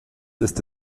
ist